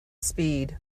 speed